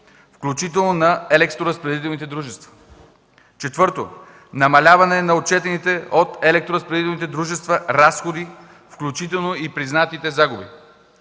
включително и на електроразпределителните дружества; 4. Намаляване на отчетените от електроразпределителните дружества разходи, включително и признатите загуби;